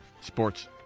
sports